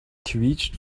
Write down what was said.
quietscht